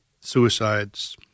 suicides